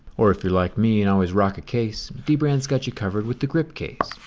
or if you're like me and always rock a case, dbrand's got you covered with the grip case.